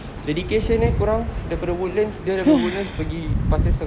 dedication eh korang dari woodlands dia dari woodlands pergi pasir kat